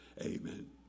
amen